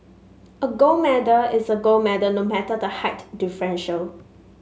a gold medal is a gold medal no matter the height differential